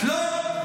לא.